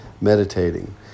meditating